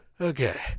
Okay